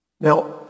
Now